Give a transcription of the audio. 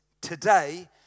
today